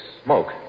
smoke